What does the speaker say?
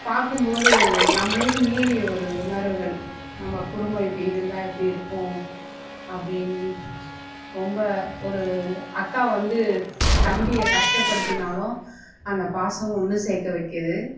பார்க்கும் போது நம்மளையும் மீறி ஒரு உணர்வுகள் நம்ம குடும்பம் இப்படி இருந்தால் எப்படி இருக்கும் அப்படின்னு ஸ் ரொம்ப ஒரு அக்கா வந்து தம்பியை கஷ்டப்படுத்தினாலும் அந்த பாசம் ஒன்று சேர்க்க வைக்குது